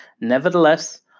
Nevertheless